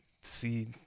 see